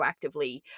proactively